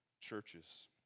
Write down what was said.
churches